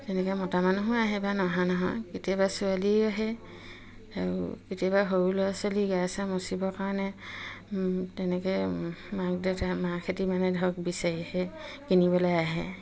তেনেকে মতা মানুহো আহে বা নহা নহয় কেতিয়াবা ছোৱালী আহে আৰু কেতিয়াবা সৰু ল'ৰা ছোৱালী গা চা মচিবৰ কাৰণে তেনেকে মাক দেউতা মাকহঁতি মানে ধৰক বিচাৰি আহে কিনিবলে আহে